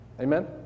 Amen